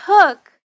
took